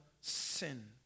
sin